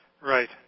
Right